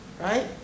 right